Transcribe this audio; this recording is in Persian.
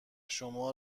شما